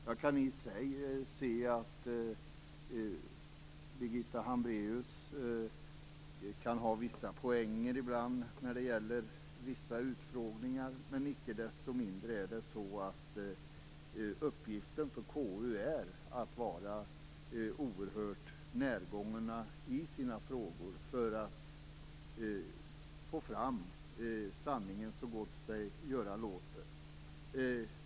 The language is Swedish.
Jag kan i sig se att Birgitta Hambraeus kan ha vissa poänger ibland när det gäller vissa utfrågningar. Icke desto mindre är uppgiften för KU:s ledamöter att vara oerhört närgångna i sina frågor för att få fram sanningen så gott sig göra låter.